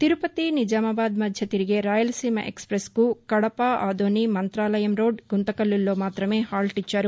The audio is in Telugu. తిరుపతి నిజామాబాద్ మధ్య తిరిగే రాయలసీమ ఎక్స్ పెస్ కు కడప ఆదోని మంతాలయం రోడ్ గుంతకల్లులో మాతమే హాల్ట్ ఇచ్చారు